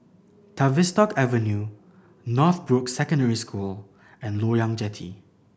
Tavistock Avenue Northbrooks Secondary School and Loyang Jetty